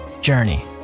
journey